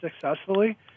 successfully